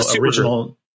original